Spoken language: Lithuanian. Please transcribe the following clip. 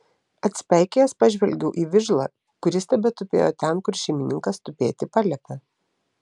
atsipeikėjęs pažvelgiau į vižlą kuris tebetupėjo ten kur šeimininkas tupėti paliepė